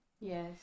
yes